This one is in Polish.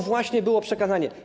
właśnie było przekazanie.